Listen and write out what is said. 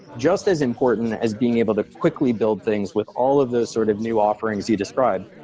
just as important as being able to quickly build things with all of those sort of new offerings you described,